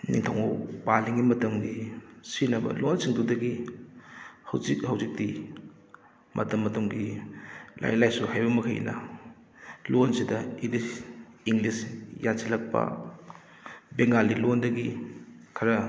ꯅꯤꯡꯊꯧ ꯄꯜꯂꯤꯉꯩ ꯃꯇꯝꯒꯤ ꯁꯤꯖꯤꯟꯅꯕ ꯂꯣꯟ ꯁꯤꯡꯗꯨꯗꯒꯤ ꯍꯧꯖꯤꯛ ꯍꯧꯖꯤꯛꯇꯤ ꯃꯇꯝ ꯃꯇꯝꯒꯤ ꯂꯥꯏꯔꯤꯛ ꯂꯥꯏꯁꯨ ꯍꯩꯕ ꯃꯈꯩꯅ ꯂꯣꯟꯁꯤꯗ ꯏꯪꯂꯤꯁ ꯏꯪꯂꯤꯁ ꯌꯥꯟꯁꯤꯜꯂꯛꯄ ꯕꯦꯡꯒꯥꯂꯤ ꯂꯣꯟꯗꯒꯤ ꯈꯔ